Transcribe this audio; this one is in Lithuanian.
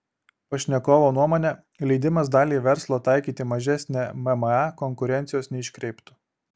pašnekovo nuomone leidimas daliai verslo taikyti mažesnę mma konkurencijos neiškreiptų